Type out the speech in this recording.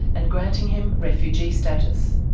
and granting him refugee status.